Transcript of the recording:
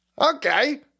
Okay